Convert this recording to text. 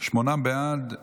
שמונה בעד,